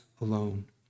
alone